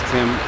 Tim